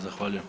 Zahvaljujem.